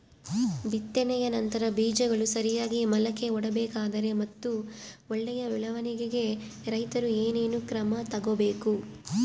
ಬಿತ್ತನೆಯ ನಂತರ ಬೇಜಗಳು ಸರಿಯಾಗಿ ಮೊಳಕೆ ಒಡಿಬೇಕಾದರೆ ಮತ್ತು ಒಳ್ಳೆಯ ಬೆಳವಣಿಗೆಗೆ ರೈತರು ಏನೇನು ಕ್ರಮ ತಗೋಬೇಕು?